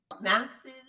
Max's